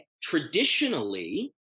traditionally